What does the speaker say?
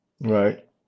Right